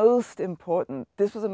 most important this is a